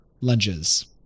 lunges